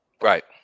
Right